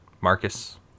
Marcus